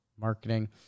marketing